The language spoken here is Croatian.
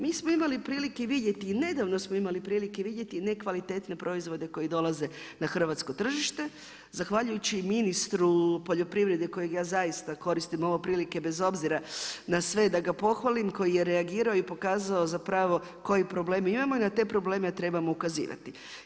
Mi smo imali prilike vidjeti i nedavno smo imali prilike vidjeti nekvalitetne proizvode koji dolaze na hrvatsko tržište zahvaljujući ministru poljoprivrede kojeg ja zaista koristim ovo prilike bez obzira na sve da ga pohvalim, koji je reagirao i pokazao zapravo koje probleme imamo i na te probleme trebamo ukazivati.